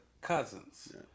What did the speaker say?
cousins